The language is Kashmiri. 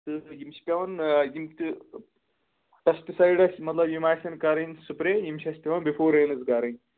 تہٕ یِم چھِ پٮ۪وان یِم تہِ پیسٹٕسایڈ آسہِ مطلب یِم آسن کَرٕنۍ سپرٛے یِم چھِ اَسہِ پٮ۪وان بِفور رینٕز کَرٕنۍ